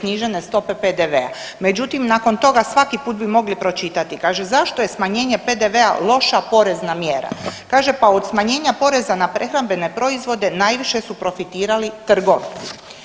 snižene stope PDV-a, međutim nakon toga svaki put bi mogli pročitati kaže zašto je smanjenje PDV-a loša porezna mjera, kaže pa od smanjenja poreza na prehrambene proizvode najviše su profitirali trgovci.